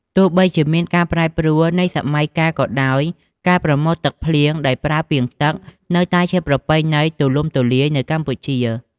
ទោះបីជាមានការប្រែប្រួលនៃសម័យកាលក៏ដោយ ការប្រមូលទឹកភ្លៀងដោយប្រើពាងទឹកនៅតែជាប្រពៃណីទូលំទូលាយនៅកម្ពុជា។